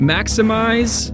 Maximize